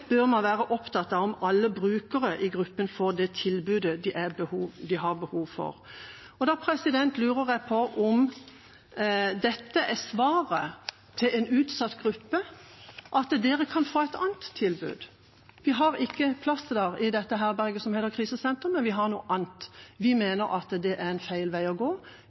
bør man være opptatt av om alle brukere i denne gruppen får det tilbudet som de har behov for.» Da lurer jeg på om dette er svaret til en utsatt gruppe – at de kan få et annet tilbud, at vi ikke har plass til dem i det herberget som heter krisesenter, men at vi har noe annet. Vi mener at det er feil vei å gå.